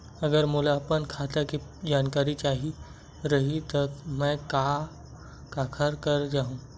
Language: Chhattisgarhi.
अगर मोला अपन खाता के जानकारी चाही रहि त मैं काखर करा जाहु?